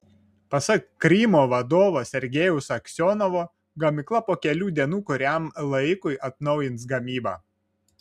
pasak krymo vadovo sergejaus aksionovo gamykla po kelių dienų kuriam laikui atnaujins gamybą